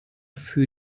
für